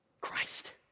Christ